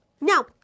now